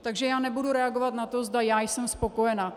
Takže já nebudu reagovat na to, zda já jsem spokojena.